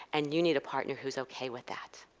and you need a partner who is ok with that.